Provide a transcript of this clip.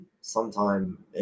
sometime